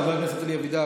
חבר הכנסת אלי אבידר,